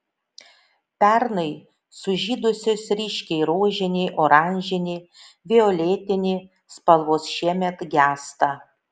pernai sužydusios ryškiai rožinė oranžinė violetinė spalvos šiemet gęsta